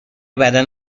بدن